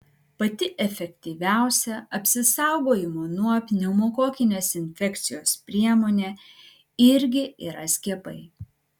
pati efektyviausia apsisaugojimo nuo pneumokokinės infekcijos priemonė irgi yra skiepai